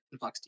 InfluxDB